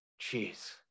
Jeez